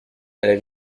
elle